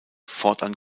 fortan